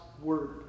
word